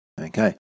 Okay